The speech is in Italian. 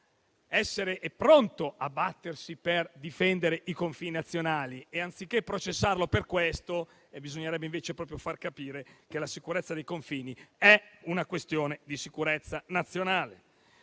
essere pronto a battersi per difendere i confini nazionali e, anziché processarlo per questo, bisognerebbe proprio far capire che la sicurezza dei confini è una questione di sicurezza nazionale.